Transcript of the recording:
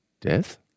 Death